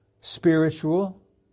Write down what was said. spiritual